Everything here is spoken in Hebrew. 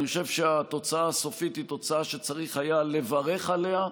אני חושב שהתוצאה הסופית היא תוצאה שצריך היה לברך עליה,